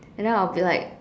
and then I will be like